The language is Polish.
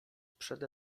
przede